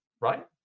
right